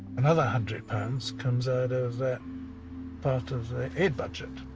another hundred pounds comes out of that part of the aid budget.